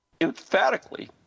emphatically